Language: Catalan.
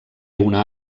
una